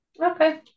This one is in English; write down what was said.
Okay